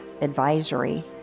advisory